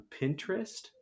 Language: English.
Pinterest